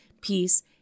peace